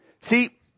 See